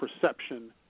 perception